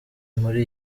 muri